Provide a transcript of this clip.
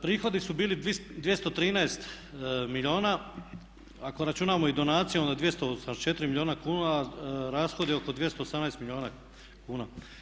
Prihodi su bili 213 milijuna ako računamo i donacije onda je 284 milijuna kuna a rashodi oko 218 milijuna kuna.